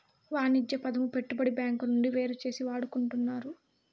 వాణిజ్య పదము పెట్టుబడి బ్యాంకు నుండి వేరుచేసి వాడుకుంటున్నారు